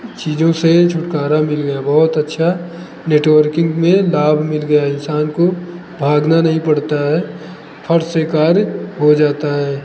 चीज़ों से छुटकारा मिल गया बहुत अच्छा नेटवर्किंग में लाभ मिल गया इंसान को भागना नहीं पड़ता है फट से कार्य हो जाता है